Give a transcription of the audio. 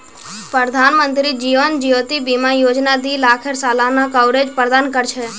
प्रधानमंत्री जीवन ज्योति बीमा योजना दी लाखेर सालाना कवरेज प्रदान कर छे